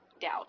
doubt